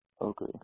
Okay